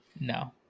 no